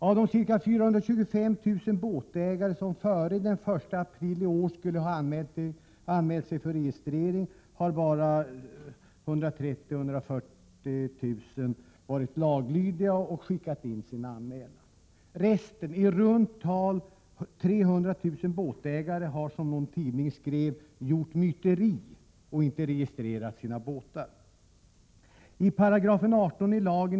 Av de ca 425 000 båtägare som före den 1 april i år skulle ha anmält sig för registrering har bara 130 000-140 000 varit laglydiga och skickat in sin anmälan. Resten, i runt tal 300 000 båtägare, har, som någon tidning skrev gjort myteri och inte registrerat sina båtar.